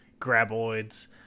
graboids